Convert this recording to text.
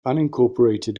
unincorporated